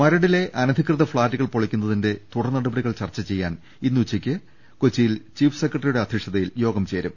മരടിലെ അനധികൃത ഫ്ളാറ്റുകൾ പൊളിക്കുന്നതിന്റെ തുടർ നടപടികൾ ചർച്ച ചെയ്യാൻ ഇന്ന് ഉച്ചയ്ക്ക് കൊച്ചി യിൽ ചീഫ് സെക്രട്ടറിയുടെ അധ്യക്ഷതയിൽ യോഗം ചേരും